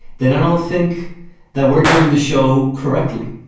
then i don't think that we're doing the show correctly,